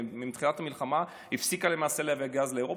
מתחילת המלחמה הפסיקה למעשה להעביר גז לאירופה.